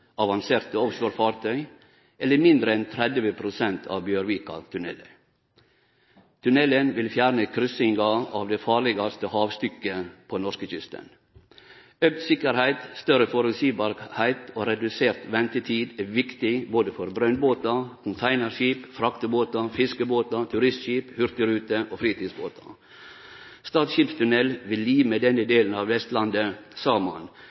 avanserte offshorefartøy, eller mindre enn 30 pst. av prisen for Bjørvikatunnelen. Tunnelen vil fjerne kryssinga av det farlegaste havstykket på norskekysten. Auka sikkerheit, større føreseielegheit og redusert ventetid er viktig for både brønnbåtar, containerskip, fraktebåtar, fiskebåtar, turistskip, hurtigrute og fritidsbåtar. Stad skipstunnel vil lime denne delen av Vestlandet saman,